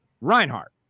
Reinhardt